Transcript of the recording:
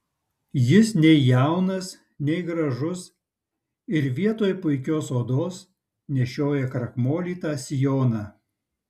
jis nei jaunas nei gražus ir vietoj puikios odos nešioja krakmolytą sijoną